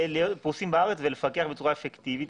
פרוסים בארץ ולפקח בצורה אפקטיבית.